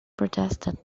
protested